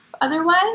otherwise